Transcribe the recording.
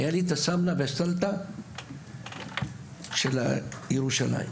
היו אצלי השמנה והסלתה של תושבי ירושלים.